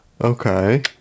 Okay